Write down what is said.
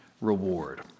reward